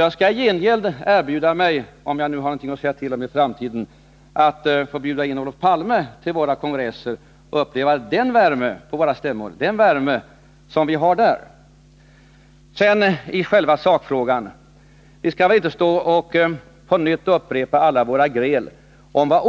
Jag skall i gengäld erbjuda mig — om jag nu har någonting att säga till om i framtiden — att bjuda in Olof Palme till våra stämmor, så att han får uppleva också vår värme. I själva sakfrågan vill jag säga, att vi väl inte skall upprepa alla våra gräl om var